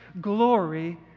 glory